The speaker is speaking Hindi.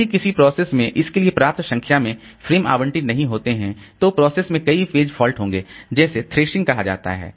यदि किसी प्रोसेस में इसके लिए पर्याप्त संख्या में फ्रेम आवंटित नहीं होते हैं तो प्रोसेस में कई पेज फॉल्ट होंगे जिसे थ्रशिंग कहा जाता है